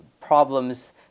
problems